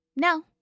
No